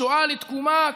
משואה לתקומה,